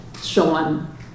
Sean